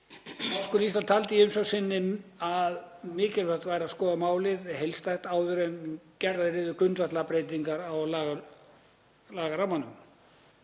Háskóli Íslands taldi í umsögn sinni að mikilvægt væri að skoða málið heildstætt áður en gerðar yrðu grundvallarbreytingar á lagarammanum.